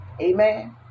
Amen